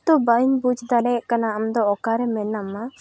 ᱛᱳ ᱵᱟᱹᱧ ᱵᱩᱡᱽ ᱫᱟᱲᱮ ᱠᱟᱱᱟ ᱟᱢᱫᱚ ᱚᱠᱟᱨᱮ ᱢᱮᱱᱟᱢᱟ